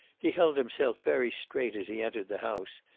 he held himself very straight as he entered the house,